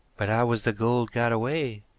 but how was the gold got away?